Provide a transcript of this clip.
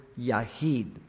Yahid